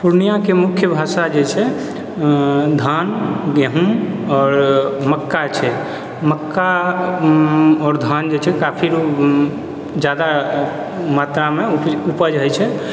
पूर्णियाके मुख्य भाषा जे छै धान गेहूँ आओर मक्का छै मक्का आओर धान जे छै काफी जादा मात्रामे उपज होइ छै